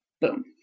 Boom